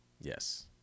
Yes